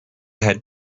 had